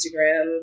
Instagram